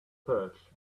perch